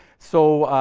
so,